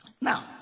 Now